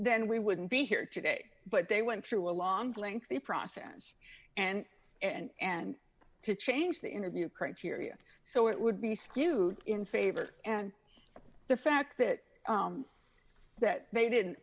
then we wouldn't be here today but they went through a long lengthy process and and to change the interview criteria so it would be skewed in favor and the fact that that they didn't